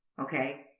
okay